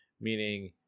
Meaning